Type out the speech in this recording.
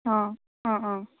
অঁ অঁ অঁ